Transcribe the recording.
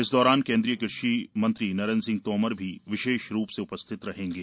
इस दौरान केंद्रीय कृषि मंत्री नरेंद्र सिंह तोमर भी विशेष रूप से उपस्थित रहेंगे